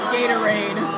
Gatorade